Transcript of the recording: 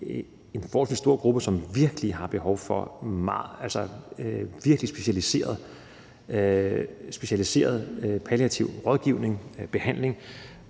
en forholdsvis stor gruppe, som virkelig har behov for specialiseret palliativ rådgivning og behandling,